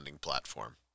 platform